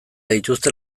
dituzte